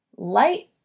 light